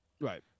Right